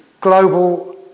global